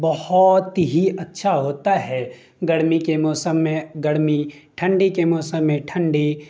بہت ہی اچھا ہوتا ہے گرمی کے موسم میں گرمی ٹھنڈی کے موسم میں ٹھنڈی